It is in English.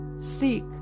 seek